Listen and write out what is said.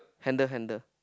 handle handle